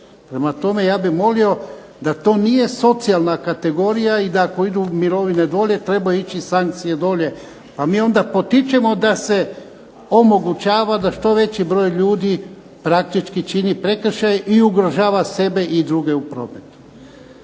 Prema tome, to nije socijalna kategorija i da ako idu mirovine dolje trebaju ići sankcije dolje, pa mi onda potičemo da se omogućava da što veći broj ljudi praktički čini prekršaj i ugrožava sebe i druge u prometu.